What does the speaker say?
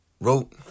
wrote